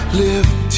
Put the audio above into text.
lift